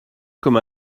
comme